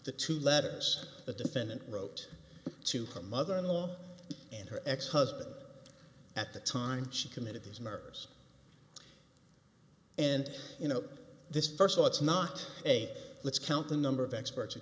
the two letters the defendant wrote to her mother in law and her ex husband at the time she committed these murders and you know this first let's not say let's count the number of experts